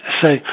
say